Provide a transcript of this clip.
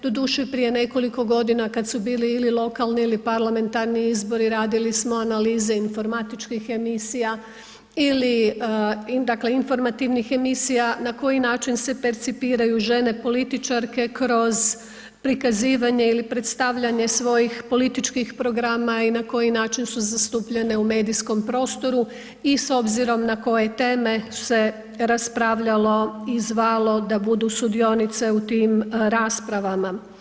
Doduše, prije nekoliko godina kad su bili ili lokalni ili parlamentarni izbori i radili smo analize informatičkih emisija ili dakle informativnih emisija, na koji način se percipiraju žene, političarke kroz prikazivanje ili predstavljanje svojih političkih programa i na koji način su zastupljene u medijskom prostoru i s obzirom na koje teme se raspravljalo i zvalo da budu sudionice u tim raspravama.